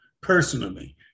personally